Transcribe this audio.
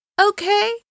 Okay